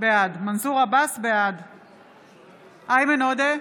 בעד איימן עודה,